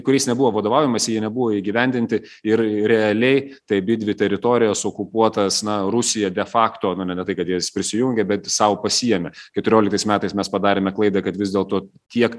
kuriais nebuvo vadovaujamasi jie nebuvo įgyvendinti ir realiai tai abidvi teritorijas okupuotas na rusija de fakto ne ne tai kad jas prisijungę bet sau pasiėmė keturioliktais metais mes padarėme klaidą kad vis dėl to tiek